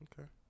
Okay